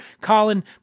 Colin